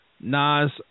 Nas